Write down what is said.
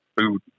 food